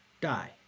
die